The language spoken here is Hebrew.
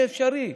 זה אפשרי.